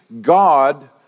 God